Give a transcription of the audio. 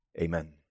Amen